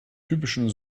typischen